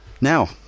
Now